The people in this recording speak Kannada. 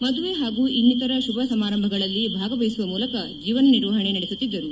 ಮದುವೆ ಹಾಗೂ ಇನ್ನಿತರ ಶುಭ ಸಮಾರಂಭಗಳಲ್ಲಿ ಭಾಗವಹಿಸುವ ಮೂಲಕ ಜೀವನ ನಿರ್ವಹಣೆ ನಡೆಸುತ್ತಿದ್ದರು